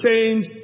change